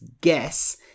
guess